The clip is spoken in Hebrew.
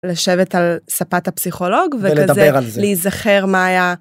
לשבת על שפת הפסיכולוג וכזה, ולדבר על זה... להיזכר מה היה.